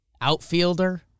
outfielder